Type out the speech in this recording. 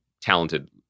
talented